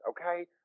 okay